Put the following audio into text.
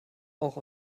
auch